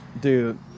dude